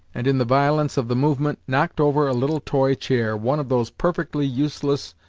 and, in the violence of the movement, knocked over a little toy chair, one of those perfectly useless,